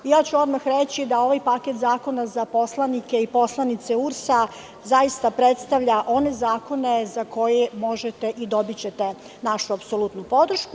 Odmah ću reći da ovaj paket zakona za poslanike i poslanice URS zaista predstavlja one zakone za koje možete i dobićete našu apsolutnu podršku.